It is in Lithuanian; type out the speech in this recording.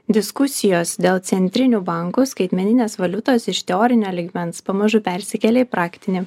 diskusijos dėl centrinių bankų skaitmeninės valiutos iš teorinio lygmens pamažu persikėlė į praktinį